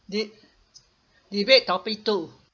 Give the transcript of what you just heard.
de~ debate topic two